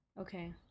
okay